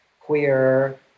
queer